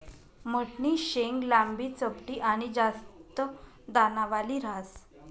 मठनी शेंग लांबी, चपटी आनी जास्त दानावाली ह्रास